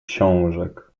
książek